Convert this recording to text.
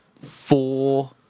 four